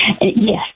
Yes